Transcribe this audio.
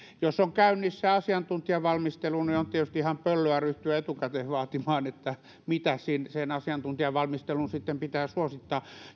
jos on käynnissä asiantuntijavalmistelu niin on tietysti ihan pöllöä ryhtyä etukäteen vaatimaan mitä sen asiantuntijavalmistelun sitten pitää suosittaa